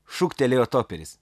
šūktelėjo toperis